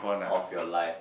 of your life